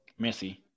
Messi